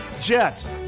Jets